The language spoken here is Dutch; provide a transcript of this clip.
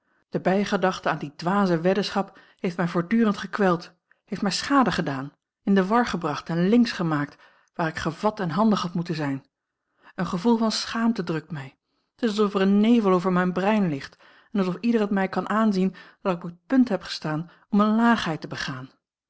de bijgedachte aan die dwaze weddenschap heeft mij voortdurend gekweld heeft mij schade gedaan in de war gebracht en linksch gemaakt waar ik gevat en handig had moeten zijn een gevoel van schaamte drukt mij t is alsof er een nevel over mijn brein ligt en alsof ieder het mij kan aanzien dat ik op het punt heb gestaan om eene laagheid te begaan